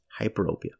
hyperopia